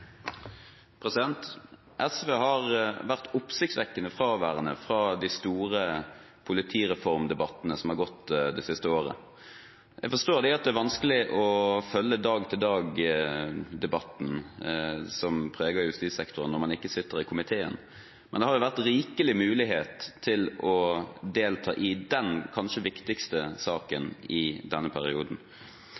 replikkordskifte. SV har vært oppsiktsvekkende fraværende fra de store politireformdebattene som har gått det siste året. Jeg forstår at det er vanskelig å følge dag-til-dag-debatten som preger justissektoren når man ikke sitter i komiteen, men det har jo vært rikelig mulighet til å delta i den kanskje viktigste saken